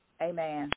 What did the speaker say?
Amen